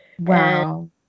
Wow